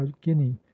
guinea